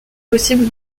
possible